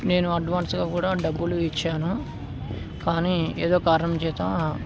నేను అడ్వాన్స్గా కూడా డబ్బులు ఇచ్చాను కానీ ఏదో కారణం చేత